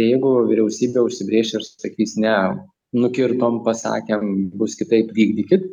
jeigu vyriausybė užsibrėž ir sakys ne nukirtom pasakėm bus kitaip vykdykit